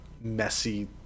messy